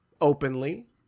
openly